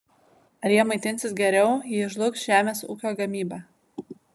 ar jie maitinsis geriau jei žlugs žemės ūkio gamyba